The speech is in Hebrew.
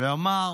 ואמר